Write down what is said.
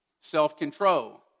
Self-control